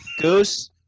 Goose